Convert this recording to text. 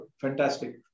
fantastic